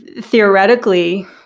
theoretically